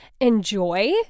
enjoy